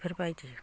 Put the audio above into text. बेफोरबायदि